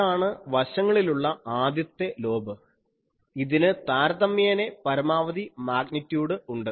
ഇതാണ് വശങ്ങളിലുള്ള ആദ്യത്തെ ലോബ് ഇതിന് താരതമ്യേന പരമാവധി മാഗ്നിറ്റ്യൂട് ഉണ്ട്